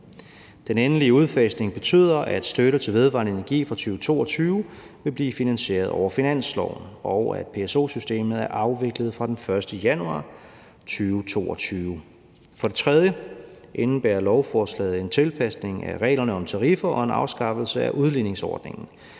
Den endelige udfasning betyder, at støtte til vedvarende energi fra 2022 vil blive finansieret over finansloven, og at PSO-systemet er afviklet fra den 1. januar 2022. For det tredje indebærer lovforslaget en tilpasning af reglerne om tariffer og en afskaffelse af udligningsordningen.